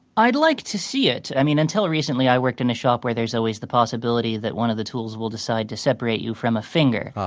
i'd like to see it. i mean until recently i worked in a shop where there's always the possibility that one of the tools will decide to separate you from a finger.